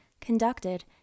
conducted